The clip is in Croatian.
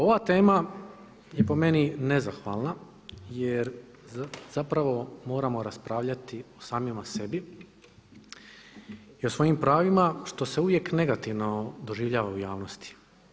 Ova tema je po meni nezahvalna jer zapravo moramo raspravljati o samima sebi i o svojim pravima što se uvijek negativno doživljava u javnosti.